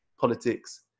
politics